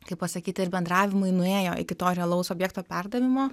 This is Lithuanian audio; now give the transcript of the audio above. kaip pasakyti ir bendravimai nuėjo iki to realaus objekto perdavimo